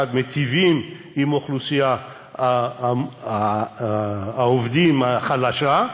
מיטיבים עם אוכלוסיית העובדים החלשה,